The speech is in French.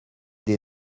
des